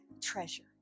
treasure